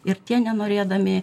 ir tie nenorėdami